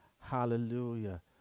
hallelujah